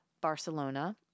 Barcelona